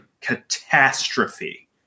catastrophe